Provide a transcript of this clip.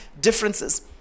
differences